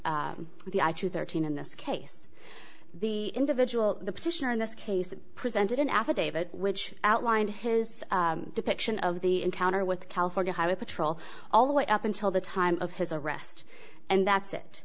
the i two thirteen in this case the individual the petitioner in this case presented an affidavit which outlined his depiction of the encounter with the california highway patrol all the way up until the time of his arrest and thats it